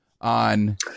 on